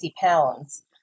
pounds